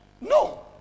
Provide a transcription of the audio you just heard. no